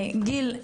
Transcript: גיל,